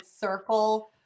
circle